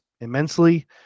immensely